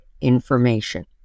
information